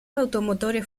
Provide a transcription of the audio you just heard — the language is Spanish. automotores